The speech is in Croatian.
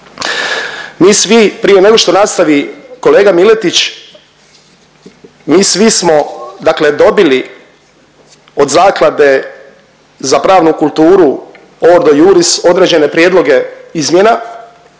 Mi svi prije nego što nastavi kolega Miletić, mi svi smo dobili od Zaklade za pravnu kulturu „Ordo Iuris“ određene prijedloge izmjena